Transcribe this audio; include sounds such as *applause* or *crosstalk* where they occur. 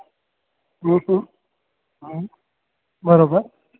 *unintelligible* हा बराबरि